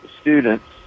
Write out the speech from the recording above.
students